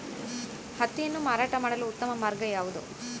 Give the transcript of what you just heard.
ಹತ್ತಿಯನ್ನು ಮಾರಾಟ ಮಾಡಲು ಉತ್ತಮ ಮಾರ್ಗ ಯಾವುದು?